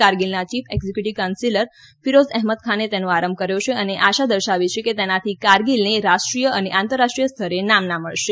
કારગીલના chief executive councillor Firoz અહેમદખાને તેનો આરંભ કર્યો અને આશા દર્શાવી કે તેનાથી કારગીલને રાષ્ટ્રીય અને આંતરરાષ્ટ્રીય સ્તરે નામના મળશે